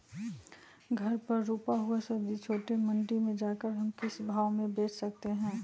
घर पर रूपा हुआ सब्जी छोटे मंडी में जाकर हम किस भाव में भेज सकते हैं?